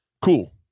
cool